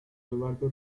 eduardo